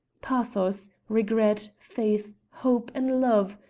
pathos, regret, faith, hope, and love,